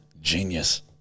genius